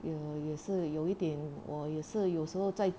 有也是有一点我也是有时候在